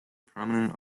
prominent